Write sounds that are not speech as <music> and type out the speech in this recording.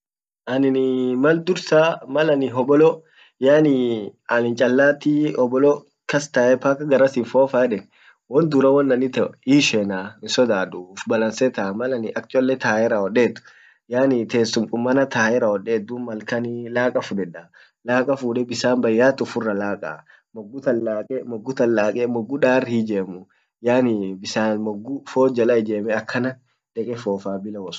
anin <hesitation> mal dursa mal anin hobolo yaanii anin chalatii hobolo kas tae paka garasin fofa eden won dura won an ito hiishenaa hin sodhadu uf balanse tae, mal anin ak chole taet rawodet tessum qumana tae rawodet dub mal kan laka fuleda laka fude bisan bayat ufirra laka mogu tan lake mogu tan lake mogu dar hiijemuu yaani bisan bisan moggu fod jalla ijeme akana deke fofaaa bila wasiwasi